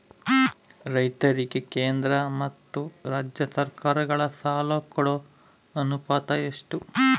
ರೈತರಿಗೆ ಕೇಂದ್ರ ಮತ್ತು ರಾಜ್ಯ ಸರಕಾರಗಳ ಸಾಲ ಕೊಡೋ ಅನುಪಾತ ಎಷ್ಟು?